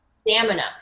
stamina